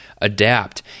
adapt